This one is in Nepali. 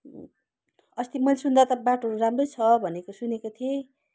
अस्ति मैले सुन्दा त बाटो राम्रै छ भनेको सुनेको थिएँ